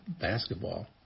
basketball